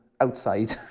outside